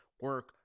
Work